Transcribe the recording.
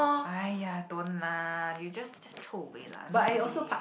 !aiya! don't lah you just just throw away lah nobody